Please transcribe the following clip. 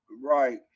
Right